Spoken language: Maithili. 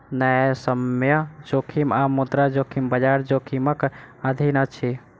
न्यायसम्य जोखिम आ मुद्रा जोखिम, बजार जोखिमक अधीन अछि